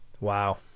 Wow